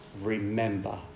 remember